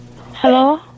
Hello